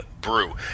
brew